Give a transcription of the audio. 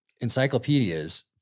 encyclopedias